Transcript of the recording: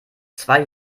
zwei